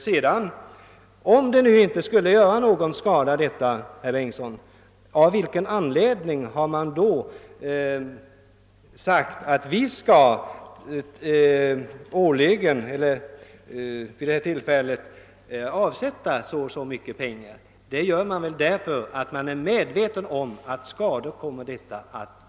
Om nu detta förfarande inte skulle medföra någon skada, herr Bengtsson, av vilken anledning har då regeringen sagt att det skall avsättas så och så mycket pengar? Det gör man väl därför att man är medveten om att skador kom mer att uppstå.